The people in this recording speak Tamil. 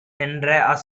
என்ற